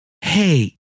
hey